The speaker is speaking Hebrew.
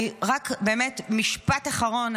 רק באמת משפט אחרון.